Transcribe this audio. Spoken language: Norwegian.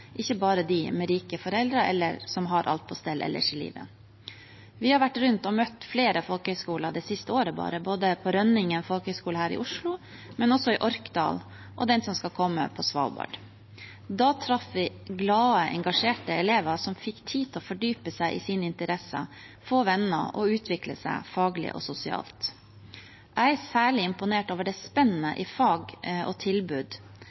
ikke bare for dem med rike foreldre eller som har alt på stell ellers i livet. Vi har vært rundt og møtt flere folkehøyskoler det siste året – Rønningen Folkehøgskole her i Oslo, men også i Orkdal og den som skal komme på Svalbard. Da traff vi glade, engasjerte elever som fikk tid til å fordype seg i sine interesser, få venner og utvikle seg faglig og sosialt. Jeg er særlig imponert over spennet i fag og tilbud